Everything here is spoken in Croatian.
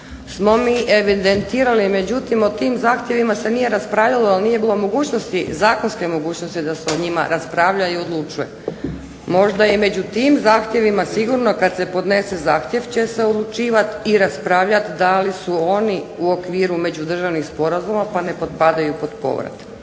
smo mi evidentirali, međutim o tim zahtjevima se nije raspravljalo jer nije bilo mogućnosti, zakonske mogućnosti da se o njima raspravlja i odlučuje. Možda i među tim zahtjevima sigurno kad se podnese zahtjev će se uručivat i raspravljat da li su oni u okviru međudržavnih sporazuma pa ne potpadaju pod povrat.